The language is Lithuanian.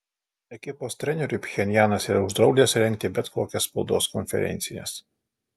ekipos treneriui pchenjanas yra uždraudęs rengti bet kokias spaudos konferencijas